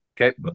Okay